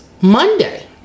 monday